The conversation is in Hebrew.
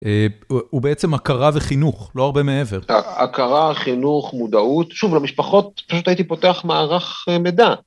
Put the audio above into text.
הוא בעצם הכרה וחינוך לא הרבה מעבר. - הכרה חינוך מודעות, שוב למשפחות פשוט הייתי פותח מערך מידע.